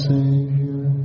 Savior